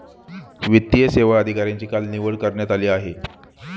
वित्तीय सेवा अधिकाऱ्यांची काल निवड करण्यात आली आहे